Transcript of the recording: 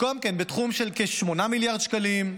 גם כן בתחום של כ-8 מיליארד שקלים,